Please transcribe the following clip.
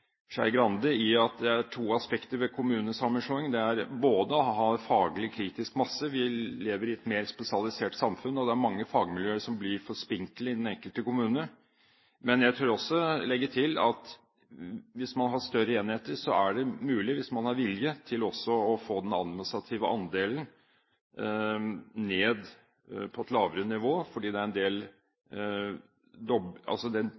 Skei Grande i at det er to aspekter ved kommunesammenslåingen. Det er å ha faglig kritisk masse – vi lever i et mer spesialisert samfunn, og det er mange fagmiljøer som blir for spinkle i den enkelte kommune – men jeg tør også legge til at hvis man har større enheter, er det mulig – hvis man har vilje – å få den administrative delen ned på et lavere nivå, for med den strukturen vi har i dag, blir det en del